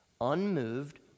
unmoved